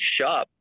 shop